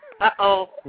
Uh-oh